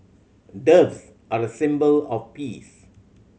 doves are a symbol of peace